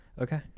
okay